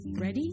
Ready